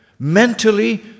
Mentally